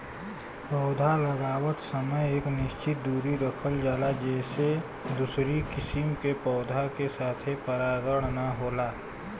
पौधा लगावत समय एक निश्चित दुरी रखल जाला जेसे दूसरी किसिम के पौधा के साथे परागण ना होला